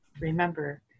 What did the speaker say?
remember